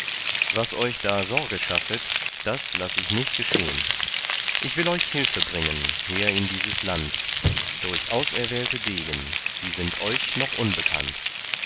was euch da sorge schaffet das laß ich nicht geschehn ich will euch hilfe bringen her in dieses land durch auserwählte degen die sind euch noch unbekannt